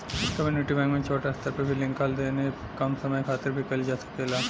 community bank में छोट स्तर पर भी रिंका लेन देन कम समय खातिर भी कईल जा सकेला